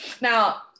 now